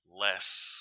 less